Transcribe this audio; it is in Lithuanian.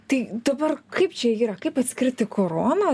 tai dabar kaip čia yra kaip atskirti koroną